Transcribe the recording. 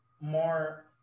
more